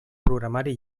programari